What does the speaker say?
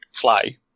fly